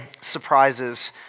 surprises